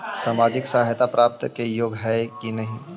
सामाजिक सहायता प्राप्त के योग्य हई कि नहीं?